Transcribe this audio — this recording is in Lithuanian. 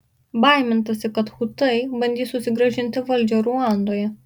baimintasi kad hutai bandys susigrąžinti valdžią ruandoje